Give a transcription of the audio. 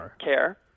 care